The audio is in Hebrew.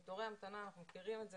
עם תורי המתנה אנחנו מכירים את זה